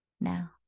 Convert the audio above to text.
now